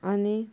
आनी